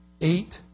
eight